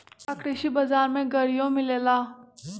का कृषि बजार में गड़ियो मिलेला?